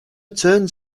turns